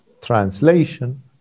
translation